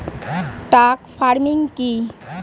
Truck farming কি?